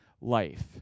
life